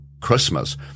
Christmas